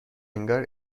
انگار